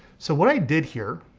so what i did here,